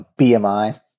BMI